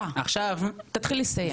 תתחיל לסיים.